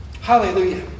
Hallelujah